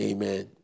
Amen